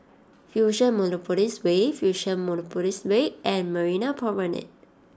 Fusionopolis Way Fusionopolis Way and Marina Promenade